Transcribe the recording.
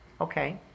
Okay